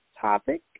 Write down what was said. topic